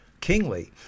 kingly